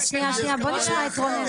רגע, אז שנייה, שנייה, בואו נשמע את רונן.